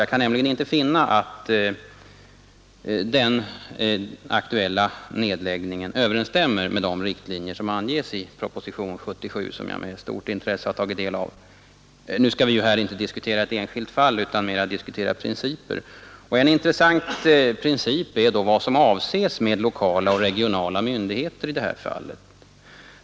Jag kan nämligen inte finna att den aktuella nedläggningen överensstämmer med de riktlinjer som anges i propositionen 77, som jag med stort intresse har tagit del av. Nu skall vi ju här inte diskutera ett enskilt fall utan mera diskutera principer. Och en intressant princip är då vad som avses med lokala och regionala myndigheter i detta fall.